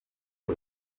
uko